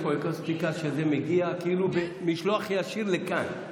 יש פה אקוסטיקה שזה מגיע כאילו במשלוח ישיר לכאן,